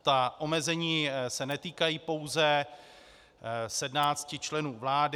Ta omezení se netýkají pouze 17 členů vlády.